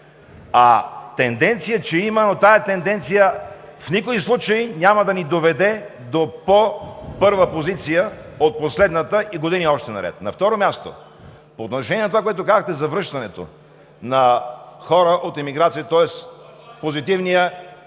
а тенденция, че я има, но тази тенденция в никой случай няма да ни доведе до по-първа позиция от последната и години още наред. На второ място, по отношение на това, което казахте за връщането на хора от емиграция – тоест, позитивният